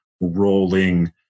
rolling